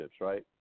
right